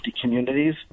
communities